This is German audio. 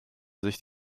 sich